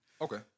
Okay